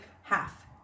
half